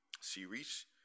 series